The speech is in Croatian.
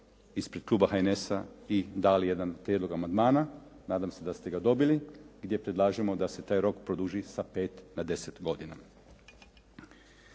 ispred kluba HNS-a i dali jedan prijedlog amandmana, nadam se da ste ga dobili gdje predlažemo da se taj rok produži sa 5 na 10 godina.